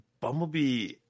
Bumblebee